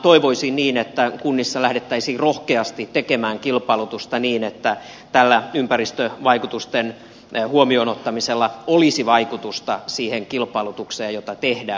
toivoisin niin että kunnissa lähdettäisiin rohkeasti tekemään kilpailutusta niin että tällä ympäristövaikutusten huomioon ottamisella olisi vaikutusta siihen kilpailutukseen jota tehdään